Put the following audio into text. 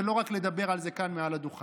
ולא רק לדבר על זה כאן מעל הדוכן.